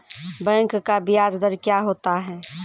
Bank का ब्याज दर क्या होता हैं?